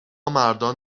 مردان